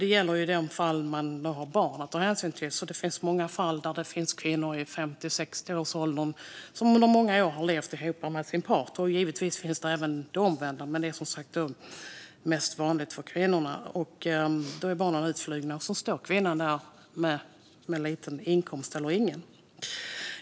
Det gäller i det fall det finns barn att ta hänsyn till. Det finns alltså många fall med kvinnor i 50 och 60-årsåldern - givetvis kan det även vara omvänt, men det är som sagt vanligast för kvinnor - som har levt tillsammans med sin partner under många år och där barnen är utflugna. Då står kvinnan där med liten eller ingen inkomst.